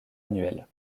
annuelles